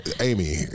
Amy